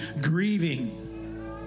grieving